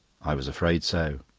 i was afraid so.